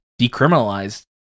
decriminalized